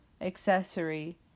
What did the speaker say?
accessory